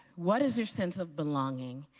what is your sense of belonging?